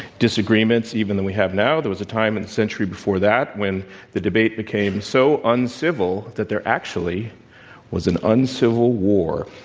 disagreements, even, than we have now. there was a time and century before that when the debate became so uncivil that there actually was an uncivil war.